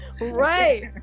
Right